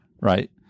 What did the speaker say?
Right